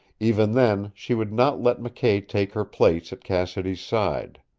even then she would not let mckay take her place at cassidy's side.